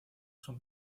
son